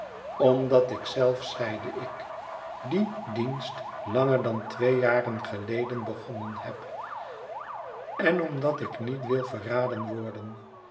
omdat ik zelf zeide ik dien dienst langer dan twee jaren geleden begonnen heb en omdat ik niet wil verraden worden